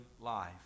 life